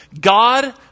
God